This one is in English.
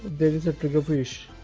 there is a trigger fish